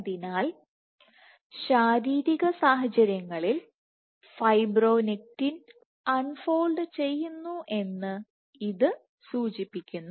അതിനാൽ ശാരീരിക സാഹചര്യങ്ങളിൽ ഫൈബ്രോണെക്റ്റിൻ അൺ ഫോൾഡ് ചെയ്യുന്നു എന്ന് ഇത് സൂചിപ്പിക്കുന്നു